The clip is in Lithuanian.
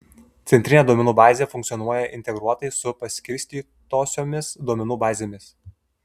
centrinė duomenų bazė funkcionuoja integruotai su paskirstytosiomis duomenų bazėmis